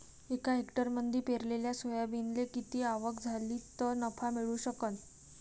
एका हेक्टरमंदी पेरलेल्या सोयाबीनले किती आवक झाली तं नफा मिळू शकन?